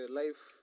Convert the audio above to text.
life